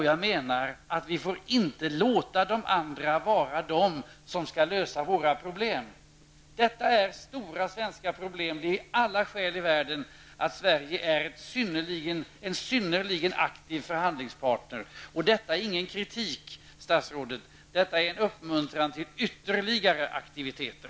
Jag menar att vi inte får låta de andra vara de som skall lösa våra problem. Det handlar om stora svenska problem. Det finns därför alla skäl för oss i Sverige att vara en synnerligen aktiv förhandlingspartner. Detta skall inte uppfattas som kritik, statsrådet, utan som en uppmuntran till ytterligare aktiviteter.